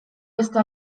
beste